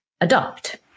adopt